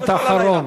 משפט אחרון.